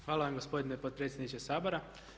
Hvala vam gospodine potpredsjedniče Sabora.